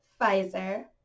Pfizer